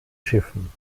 schiffen